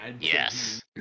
Yes